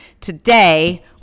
today